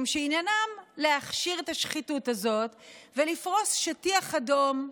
שעניינם להכשיר את השחיתות הזאת ולפרוס שטיח אדום,